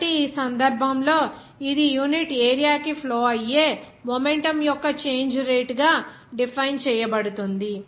కాబట్టి ఈ సందర్భంలో ఇది యూనిట్ ఏరియా కి ఫ్లో అయ్యే మొమెంటం యొక్క చేంజ్ రేటు గా డిఫైన్ చేయబడింది